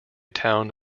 town